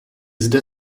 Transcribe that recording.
zde